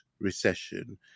recession